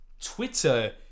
Twitter